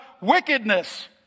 wickedness